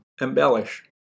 embellish